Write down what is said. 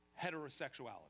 heterosexuality